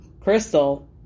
Crystal